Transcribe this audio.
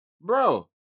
Bro